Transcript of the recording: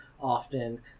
often